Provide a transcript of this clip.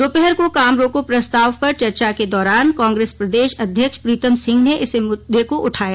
दोपहर को काम रोको प्रस्ताव पर चर्चा के दौरान कांग्रेस प्रदेश अध्यक्ष प्रीतम सिंह ने इस मुददे को उठाया